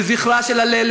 לזכרה של הלל,